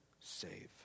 save